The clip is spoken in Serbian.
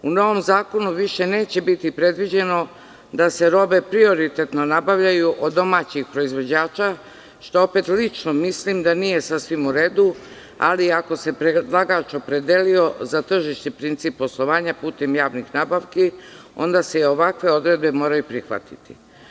U novom zakonu više neće biti predviđeno da se robe prioritetno nabavljaju od domaćih proizvođača, što opet lično mislim da nije sasvim uredu, ali ako se predlagač opredelio za tržišni princip poslovanja putem javnih nabavki onda se i ovakve odredbe moraju prihvatiti.